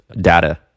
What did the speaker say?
data